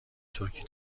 ترکی